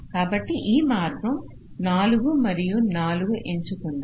కాబట్టి ఈ మార్గం 4 మరియు 4 ఎంచుకుందాం